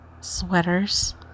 sweaters